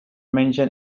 mention